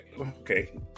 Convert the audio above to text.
okay